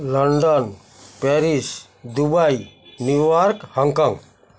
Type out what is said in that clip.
London Paris Dubai New York Hong Kong